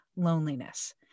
loneliness